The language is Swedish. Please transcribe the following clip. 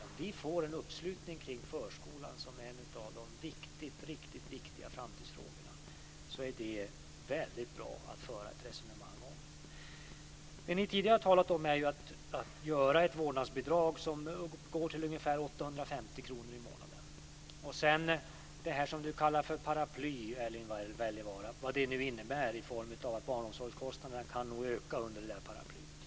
Om vi får en uppslutning kring förskolan som en av de riktigt, riktigt viktiga framtidsfrågorna så är det väldigt bra att föra ett resonemang om det. Tidigare har ni talat om att göra ett vårdnadsbidrag som uppgår till ungefär 850 kr i månaden. Sedan har ni det som Erling Wälivaara kallar för paraply - vad det nu innebär. Den formen kan nog innebära att barnomsorgskostnaderna kan öka under det där paraplyet.